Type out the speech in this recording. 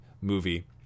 movie